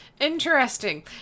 Interesting